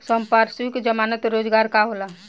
संपार्श्विक और जमानत रोजगार का होला?